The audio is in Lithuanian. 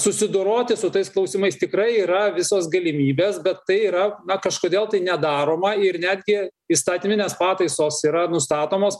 susidoroti su tais klausimais tikrai yra visos galimybės bet tai yra na kažkodėl tai nedaroma ir netgi įstatyminės pataisos yra nustatomos